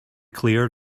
clear